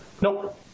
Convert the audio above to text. Nope